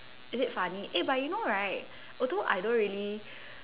is it funny eh but you know right although I don't really